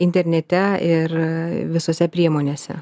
internete ir visose priemonėse